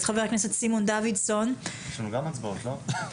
אז חבר הכנסת סימון דוידסון יחליף אותי.